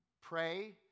pray